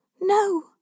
No